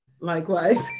Likewise